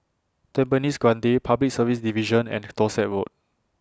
Tampines Grande Public Service Division and Dorset Road